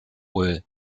were